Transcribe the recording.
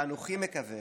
ואנוכי מקווה